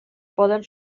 poden